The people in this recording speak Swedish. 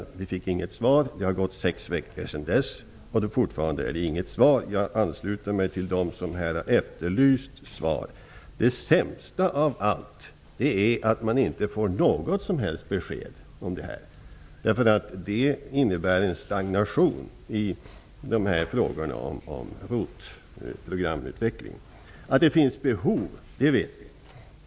Vi fick inget svar. Det har gått sex veckor sedan dess, och vi har fortfarande inte fått något svar. Jag ansluter mig till dem som här har efterlyst svar. Det sämsta av allt är att man inte får något som helst besked. Det innebär en stagnation i ROT programutvecklingen. Att det finns behov vet vi.